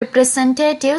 representative